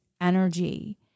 energy